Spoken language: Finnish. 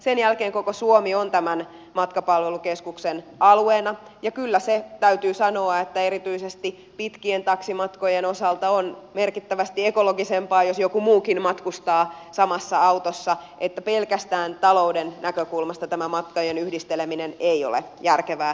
sen jälkeen koko suomi on tämän matkapalvelukeskuksen alueena ja kyllä se täytyy sanoa että erityisesti pitkien taksimatkojen osalta on merkittävästi ekologisempaa jos joku muukin matkustaa samassa autossa pelkästään talouden näkökul masta tämä matkojen yhdisteleminen ei ole järkevää